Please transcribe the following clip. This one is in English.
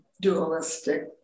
dualistic